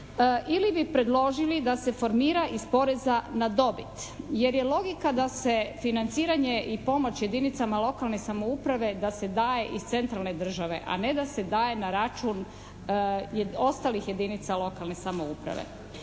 ili bi predložili da se formira iz poreza na dobit jer je logika da se financiranje i pomoć jedinicama lokalne samouprave da se daje iz centralne države a ne da se daje na račun ostalih jedinica lokalne samouprave.